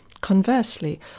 Conversely